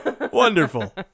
wonderful